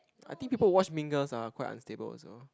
I think people watch mingles are quite unstable also